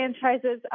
franchises